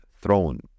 Throne